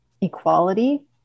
equality